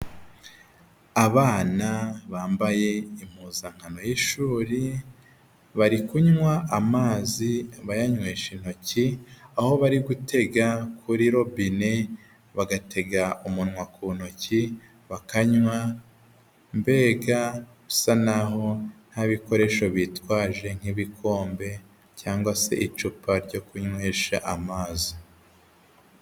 Abana bambaye impuzankano y'ishuri bari kunywa amazi bayanywesha intoki, aho bari gutega kuri robine bagatega umunwa ku ntoki bakanywa mbega usa naho nta bikoresho bitwaje nk'ibikombe cyangwa se icupa ryo kunywesha amazi.